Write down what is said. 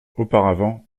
auparavant